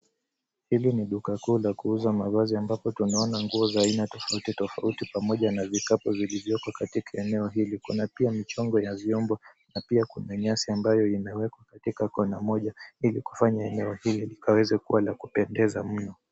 Hili ni duka kuu la kuuza mavazi ambapo tunaona nguo za aina tofauti tofauti pamoja na vikapu vilivyoko katika eneo hili. Kuna pia michongo ya vyombo na pia kuna nyasi ambayo imewekwa katika kona moja ili kufanya eneo hili likaweze kuwa la kupendeza mno.